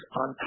on